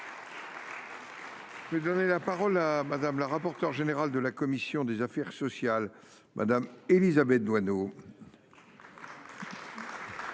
Je vais donner la parole à Madame la rapporteure générale de la commission des affaires sociales Madame Élisabeth Doineau. Madame